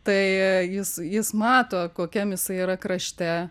tai jis jis mato kokiam jisai yra krašte